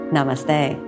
Namaste